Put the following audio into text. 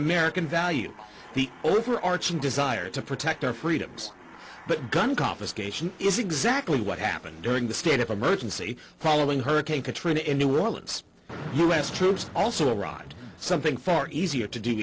american value the overarching desire to protect our freedoms but gun confiscation is exactly what happened during the state of emergency following hurricane katrina in new orleans us troops also ride something far easier to d